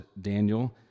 Daniel